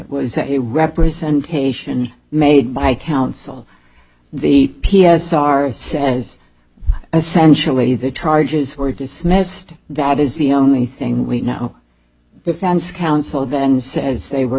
was a representation made by counsel the p s r says essentially the charges were dismissed that is the only thing we know the fans council then says they were